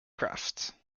craft